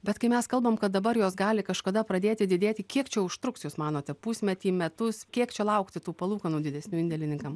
bet kai mes kalbam kad dabar jos gali kažkada pradėti didėti kiek čia užtruks jūs manote pusmetį metus kiek čia laukti tų palūkanų didesnių indėlininkam